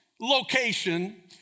location